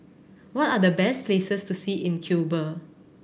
what are the best places to see in Cuba